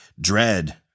dread